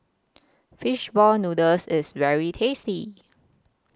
Fish Ball Noodles IS very tasty